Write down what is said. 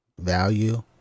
value